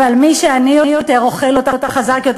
אבל מי שעני יותר אוכל אותה חזק יותר,